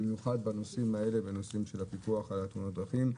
במיוחד בנושאים של הפיקוח על תאונות הדרכים.